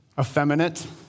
effeminate